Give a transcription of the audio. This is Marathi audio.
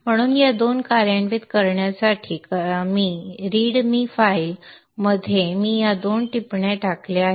म्हणून या दोन कार्यान्वित करण्यायोग्य करण्यासाठी आपण रीड मी फाइल मध्ये आपण या दोन टिप्पण्या टाकल्या आहेत